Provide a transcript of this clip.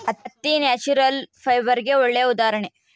ಹತ್ತಿ ನ್ಯಾಚುರಲ್ ಫೈಬರ್ಸ್ಗೆಗೆ ಒಳ್ಳೆ ಉದಾಹರಣೆ